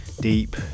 Deep